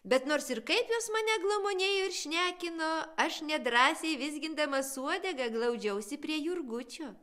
bet nors ir kaip jos mane glamonėjo ir šnekino nedrąsiai vizgindamas uodegą glaudžiausi prie jurgučio